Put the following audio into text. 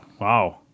wow